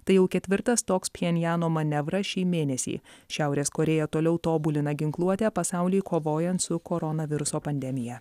tai jau ketvirtas toks pchenjano manevras šį mėnesį šiaurės korėja toliau tobulina ginkluotę pasauliui kovojant su koronaviruso pandemija